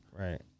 Right